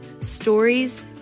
stories